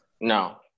No